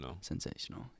sensational